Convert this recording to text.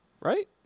right